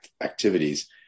activities